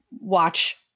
watch